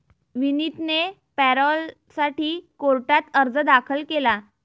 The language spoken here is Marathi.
विनीतने पॅरोलसाठी कोर्टात अर्ज दाखल केला